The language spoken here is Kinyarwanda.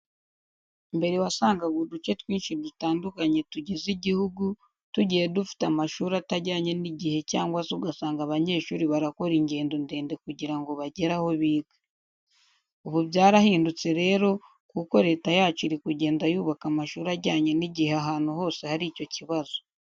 Mbere wasangaga uduce twinshi dutandukanye tugize igihugu, tugiye dufite amashuri atajyanye n’igihe cyangwa se ugasanga abanyeshuri barakora ingendo ndende kugira ngo bagera aho biga. Ubu byarahindutse rero kuko leta yacu iri kugenda yubaka amashuri ajyanye n’igihe ahantu hose hari icyo kibazo.